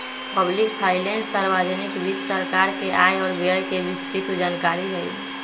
public finance सार्वजनिक वित्त सरकार के आय व व्यय के विस्तृतजानकारी हई